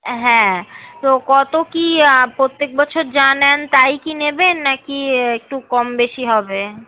হ্যাঁ তো কত কি প্রত্যেক বছর যা নেন তাই কি নেবেন না কি একটু কম বেশি হবে